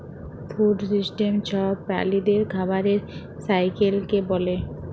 food system ছব প্রালিদের খাবারের সাইকেলকে ব্যলে